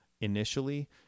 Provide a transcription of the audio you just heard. initially